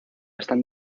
están